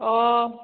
अ